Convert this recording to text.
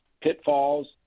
pitfalls